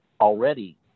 already